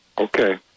Okay